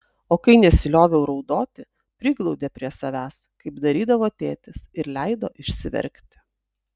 o kai nesilioviau raudoti priglaudė prie savęs kaip darydavo tėtis ir leido išsiverkti